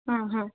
হুম হুম